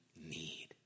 need